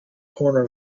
corner